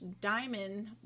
diamond